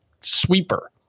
sweeper